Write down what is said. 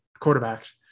quarterbacks